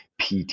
pt